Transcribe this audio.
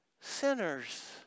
sinners